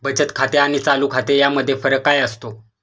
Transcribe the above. बचत खाते आणि चालू खाते यामध्ये फरक काय असतो?